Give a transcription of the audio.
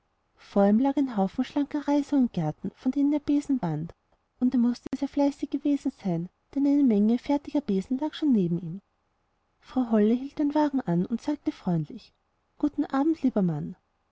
ein haufen schlanker reiser und gerten von denen er besen band und er mußte sehr fleißig gewesen sein denn eine menge fertiger besen lag schon neben ihm frau holle hielt ihren wagen an und sagte freundlich guten abend lieber mann